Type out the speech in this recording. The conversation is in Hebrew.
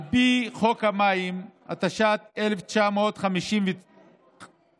על פי חוק המים, התשי"ט 1959,